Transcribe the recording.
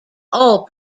all